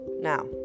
now